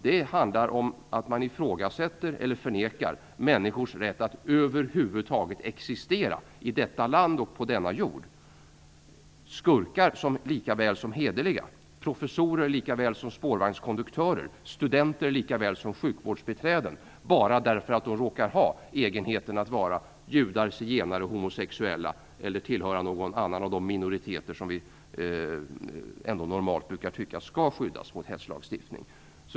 Den handlar om sådan propaganda som ifrågasätter eller förnekar människors rätt att över huvud taget existera i detta land och på denna jord - skurkar lika väl som hederliga människor, professorer lika väl som spårvagnskonduktörer, studenter lika väl som sjukvårdsbiträden - bara för att dessa människor råkar vara judar, zigenare eller homosexuella, eller för att de tillhör någon annan av de minoriteter som vi normalt brukar tycka skall skyddas av hetslagstiftning.